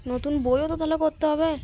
নতুন বইও তো তাহলে করতে হবে